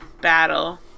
battle